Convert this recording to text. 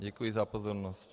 Děkuji za pozornost.